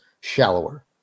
shallower